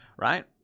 Right